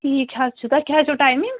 ٹھیٖکھ حَظ چھُ تۄہہِ کیٛاہ حَظ چھُو ٹایِمِنگ